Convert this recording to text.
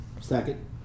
Second